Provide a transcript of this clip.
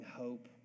hope